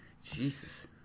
Jesus